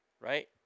right